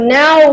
now